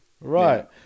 Right